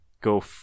go